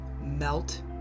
melt